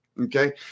Okay